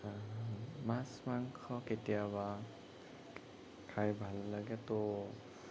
মাছ মাংস কেতিয়াবা খাই ভাল লাগে তো